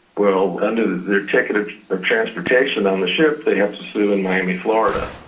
well, under their ticket of transportation on the ship, they have to sue in miami, florida.